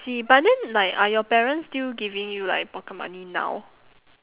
see but then like are your parents still giving you like pocket money now